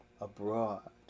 abroad